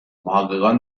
محققان